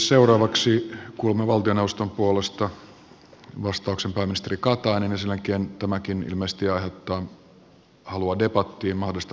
seuraavaksi kuulemme valtioneuvoston puolesta vastauksen pääministeri kataiselta ja sen jälkeen tämäkin ilmeisesti aiheuttaa halua debattiin mahdollistamme debatin